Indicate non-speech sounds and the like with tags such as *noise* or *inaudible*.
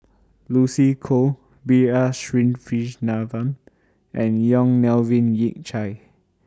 Lucy Koh B R *unintelligible* and Yong Melvin Yik Chye